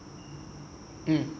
mmhmm